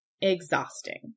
exhausting